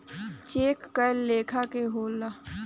check कए लेखा के होला